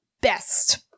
best